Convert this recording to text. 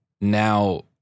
now